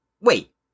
Wait